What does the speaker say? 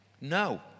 no